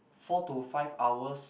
four to five hours